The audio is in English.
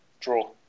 Draw